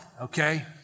okay